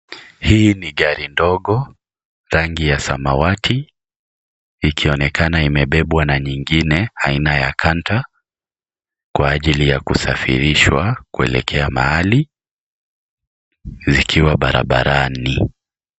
Hii ni gari ndogo rangi ya samawati ikionekana imebebwa na nyingine aina ya canter kwa ajili ya kusafirishwa kuelekea mahali zikiwa barabarani .